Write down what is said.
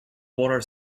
water